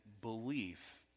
belief